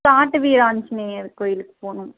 காட்டு வீர ஆஞ்சநேயர் கோவிலுக்கு போகணும்